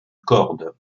corde